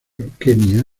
kenia